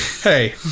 Hey